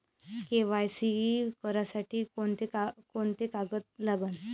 KYC करासाठी कोंते कोंते कागद लागन?